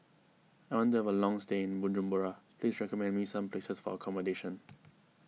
I want to have a long stay in Bujumbura please recommend me some places for accommodation